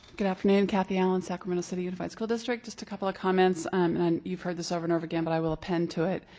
good afternoon. cathy allen, sacramento city unified school district just a couple of comments um and you've heard this over and over again, but i will append to it.